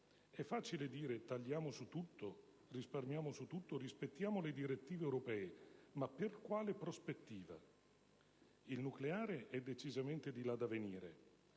È facile dire: tagliamo su tutto, risparmiamo su tutto, rispettiamo le direttive europee. Ma per quale prospettiva? Il nucleare è decisamente di là da venire